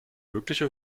mögliche